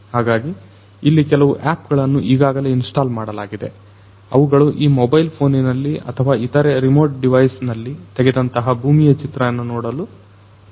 ಹಾಗಾಗಿ ಇಲ್ಲಿ ಕೆಲವು ಯಾಪ್ ಗಳನ್ನು ಈಗಾಗಲೇ ಇನ್ಸ್ಟಾಲ್ ಮಾಡಲಾಗಿದೆ ಅವುಗಳು ಈ ಮೊಬೈಲ್ ಫೋನಿನಲ್ಲಿ ಅಥವಾ ಇತರೆ ರಿಮೋಟ್ ಡಿವೈಸ್ ನಲ್ಲಿ ತೆಗೆದಂತಹ ಭೂಮಿಯ ಚಿತ್ರಗಳನ್ನು ನೋಡಲು ಸಹಾಯಮಾಡುತ್ತವೆ